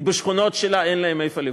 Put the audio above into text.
כי בשכונות שלהם אין להם איפה לבנות,